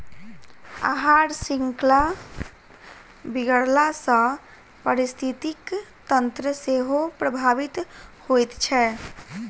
आहार शृंखला बिगड़ला सॅ पारिस्थितिकी तंत्र सेहो प्रभावित होइत छै